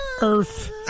earth